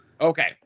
Okay